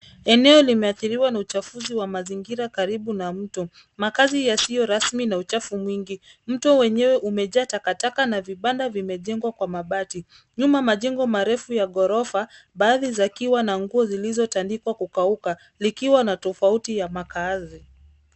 Eneo limeathiriwa na uchafuzi wa mazingira karibu na mto, makazi yasiyo rasmi na uchafu mwingi. Mto wenyewe umejaa takataka na vibanda vimejengwa kwa mabati. Nyuma majengo marefu ya ghorofa, baadhiz ikiwa na nguo zilizotandikwa kukakuka likiwa na tofauti ya makaazi.